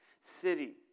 city